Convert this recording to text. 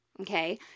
Okay